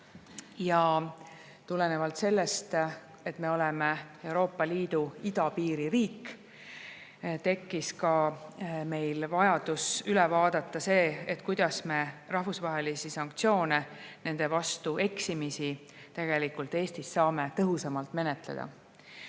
Ja tulenevalt sellest, et me oleme Euroopa Liidu idapiiririik, tekkis ka meil vajadus üle vaadata see, kuidas me rahvusvaheliste sanktsioonide vastu eksimisi tegelikult Eestis saame tõhusamalt menetleda.